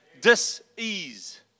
disease